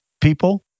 people